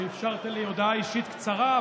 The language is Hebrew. על שאפשרת לי הודעה אישית קצרה,